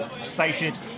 stated